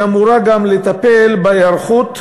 שאמורה גם לטפל בהיערכות